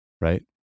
right